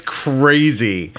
crazy